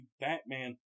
Batman